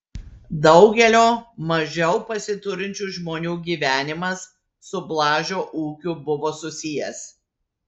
daugelio mažiau pasiturinčių žmonių gyvenimas su blažio ūkiu buvo susijęs